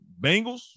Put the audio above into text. Bengals